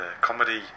comedy